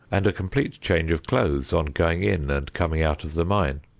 and a complete change of clothes on going in and coming out of the mine.